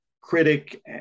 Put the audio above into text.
Critic